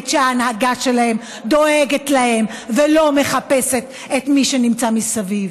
שההנהגה שלהם דואגת להם ולא מחפשת את מי שנמצא מסביב?